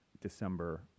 December